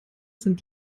sind